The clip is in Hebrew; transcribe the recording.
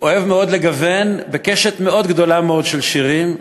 אוהב מאוד לגוון בקשת גדולה מאוד של שירים,